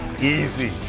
easy